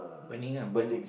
burning ah burn